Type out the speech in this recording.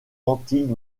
antilles